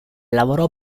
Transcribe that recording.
lavorò